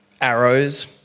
arrows